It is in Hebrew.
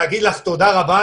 להגיד לך תודה רבה,